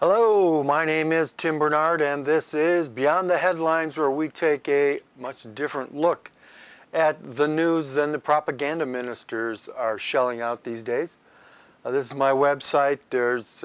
hello my name is tim bernard and this is beyond the headlines are we taking a much different look at the news than the propaganda ministers are shelling out these days this is my website